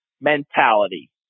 mentality